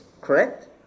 correct